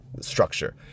structure